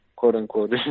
quote-unquote